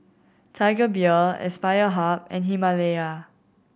Tiger Beer Aspire Hub and Himalaya